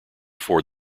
afford